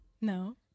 no